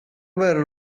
were